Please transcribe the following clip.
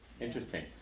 Interesting